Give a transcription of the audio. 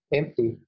empty